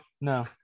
no